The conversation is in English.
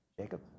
Jacob